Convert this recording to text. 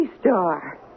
star